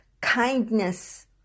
kindness